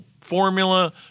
formula